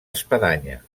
espadanya